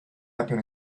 happen